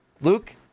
Luke